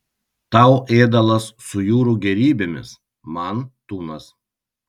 tau ėdalas su jūrų gėrybėmis man tunas